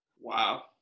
wow